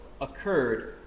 occurred